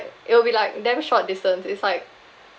it will be like damn short distance it's like